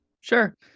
Sure